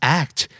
act